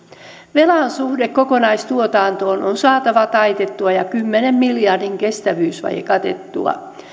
velan suhde kokonaistuotantoon on saatava taitettua ja kymmenen miljardin kestävyysvaje katettua